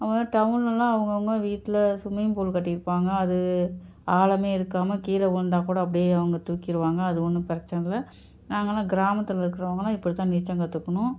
அவங்க டவுன்லெலாம் அவங்கவுங்க வீட்டில் ஸ்விம்மிங் பூல் கட்டியிருப்பாங்க அது ஆழமே இருக்காமல் கீழே விழுந்தாக் கூட அப்படியே அவங்க தூக்கிடுவாங்க அது ஒன்றும் பிரச்சனை இல்லை நாங்களெலாம் கிராமத்தில் இருக்கிறவங்கள்லாம் இப்படிதான் நீச்சல் கற்றுக்குணும்